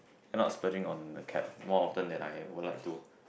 end up splurging on the cab more often than I would like to